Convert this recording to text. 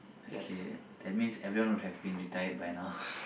okay that means everyone would have been retire by now